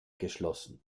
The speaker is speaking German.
geschlossen